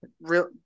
real